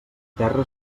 terra